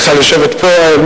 בדרך כלל יושבת פה,